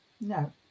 No